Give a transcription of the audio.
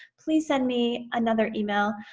please send me another email.